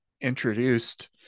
introduced